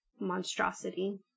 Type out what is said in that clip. monstrosity